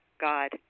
God